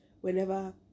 whenever